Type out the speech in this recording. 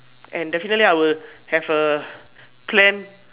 and definitely I will have a plan